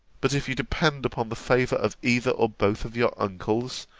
but if you depend upon the favour of either or both of your uncles,